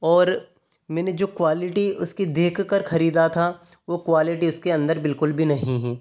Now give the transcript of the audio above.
और मैंने जो क्वालिटी उसकी देख कर ख़रीदा था वो क्वालिटी उसके अंदर बिल्कुल भी नहीं है